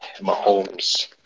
Mahomes